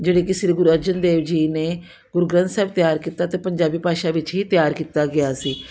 ਜਿਹੜੀ ਕਿ ਸ੍ਰੀ ਗੁਰੂ ਅਰਜਨ ਦੇਵ ਜੀ ਨੇ ਗੁਰੂ ਗ੍ਰੰਥ ਸਾਹਿਬ ਤਿਆਰ ਕੀਤਾ ਅਤੇ ਪੰਜਾਬੀ ਭਾਸ਼ਾ ਵਿੱਚ ਹੀ ਤਿਆਰ ਕੀਤਾ ਗਿਆ ਸੀ